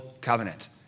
covenant